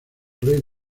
rey